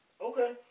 Okay